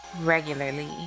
regularly